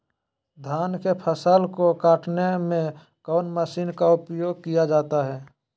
धान के फसल को कटने में कौन माशिन का उपयोग किया जाता है?